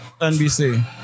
NBC